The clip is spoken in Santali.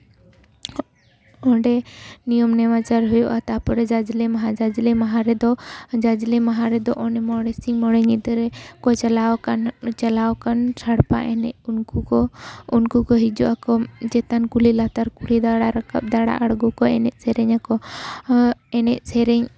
ᱚᱸᱰᱮ ᱱᱤᱭᱚᱢ ᱱᱮᱢᱟᱪᱟᱨ ᱦᱩᱭᱩᱜᱼᱟ ᱛᱟᱯᱚᱨᱮ ᱡᱟᱡᱽᱞᱮ ᱢᱟᱦᱟ ᱡᱟᱡᱽᱞᱮ ᱢᱟᱦᱟ ᱨᱮᱫᱚ ᱡᱟᱡᱽᱞᱮ ᱢᱟᱦᱟ ᱨᱮᱫᱚ ᱚᱱᱮ ᱢᱚᱬᱮ ᱥᱤᱧ ᱢᱚᱬᱮ ᱧᱤᱫᱟᱹ ᱨᱮ ᱠᱚ ᱪᱟᱞᱟᱣ ᱟᱠᱟᱱ ᱪᱟᱞᱟᱣ ᱟᱠᱟᱱ ᱥᱟᱲᱯᱟ ᱮᱱᱮᱡ ᱩᱱᱠᱩ ᱠᱚ ᱩᱱᱠᱩ ᱠᱚ ᱦᱤᱡᱩᱜᱼᱟᱠᱚ ᱪᱮᱛᱟᱱ ᱠᱩᱞᱦᱤ ᱞᱟᱛᱟᱨ ᱠᱩᱞᱦᱤ ᱫᱟᱬᱟ ᱨᱟᱠᱟᱵ ᱫᱟᱬᱟ ᱟᱬᱜᱚ ᱠᱚ ᱮᱱᱮᱡ ᱥᱮᱨᱮᱧᱟᱠᱚ ᱮᱱᱮᱡ ᱥᱮᱨᱮᱧ